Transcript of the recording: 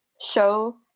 show